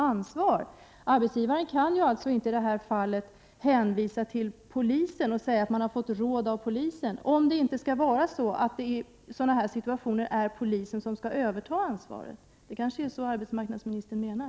Arbetsgivaren kan allså inte hänvisa till polisen och säga att man fått råd av polisen, om det inte i sådana här situationer är så att polisen skall överta ansvaret. Det kanske är det arbetsmarknadsministern menar?